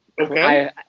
okay